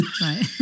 Right